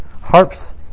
Harps